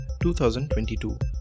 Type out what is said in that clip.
2022